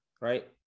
right